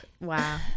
Wow